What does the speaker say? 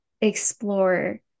explore